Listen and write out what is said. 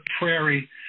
prairie